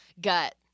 Gut